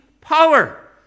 power